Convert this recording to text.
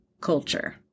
culture